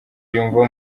yumva